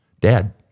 dad